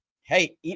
hey